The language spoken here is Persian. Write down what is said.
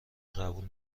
قبول